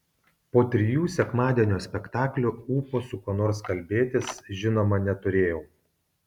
po trijų sekmadienio spektaklių ūpo su kuo nors kalbėtis žinoma neturėjau